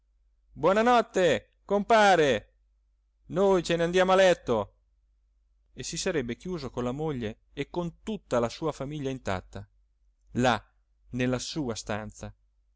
notte compare noi ce n'andiamo a letto e si sarebbe chiuso con la moglie e con tutta la sua famiglia intatta là nella sua stanza